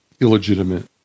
illegitimate